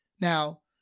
Now